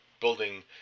building